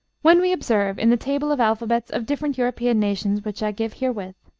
when we observe, in the table of alphabets of different european nations which i give herewith,